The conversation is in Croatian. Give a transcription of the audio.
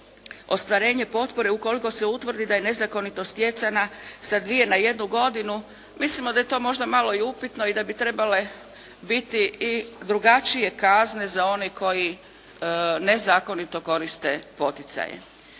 ostvarenje potpore ukoliko se utvrdi da je nezakonito stjecana sa dvije na jednu godinu. Mislimo da je to možda malo i upitno i da bi trebale biti i drugačije kazne za one koji nezakonito koriste poticaje.